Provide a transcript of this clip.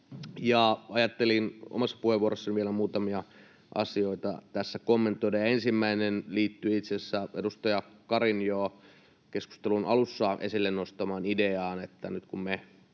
Ajattelin omassa puheenvuorossani vielä muutamia asioita tässä kommentoida. Ensimmäinen liittyy itse asiassa edustaja Karin jo keskustelun alussa esille nostamaan ideaan, että nyt kun me